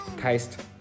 taste